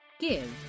Give